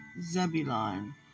Zebulon